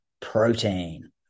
protein